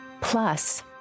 Plus